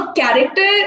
character